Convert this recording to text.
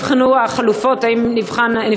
האם נבחנו החלופות,